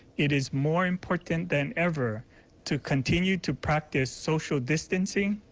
it is more important than ever to continue to practice social distancing.